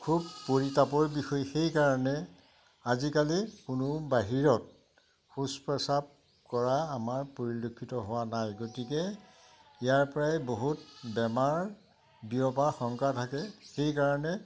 খুব পৰিতাপৰ বিষয় সেইকাৰণে আজিকালি কোনোৱে বাহিৰত শৌচ প্ৰেচাব কৰা আমাৰ পৰিলক্ষিত হোৱা নাই গতিকে ইয়াৰ পৰাই বহুত বেমাৰ বিয়পাৰ শংকা থাকে সেইকাৰণে